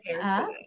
up